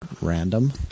Random